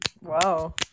wow